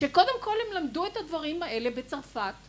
שקודם כל הם למדו את הדברים האלה בצרפת.